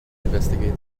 investigator